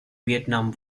vietnam